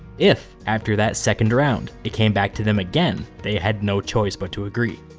if, after that second round, it came back to them again, they had no choice but to agree.